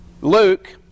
Luke